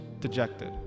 dejected